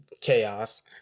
chaos